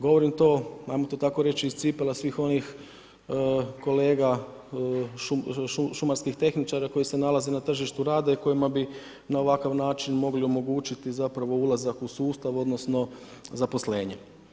Govorim to, ajmo to tako reći iz cipela svih onih kolega šumarskih tehničara koji se nalaze na tržištu rada i kojima bi na ovakav način mogli omogućiti zapravo ulazak u sustav, odnosno, zaposlenje.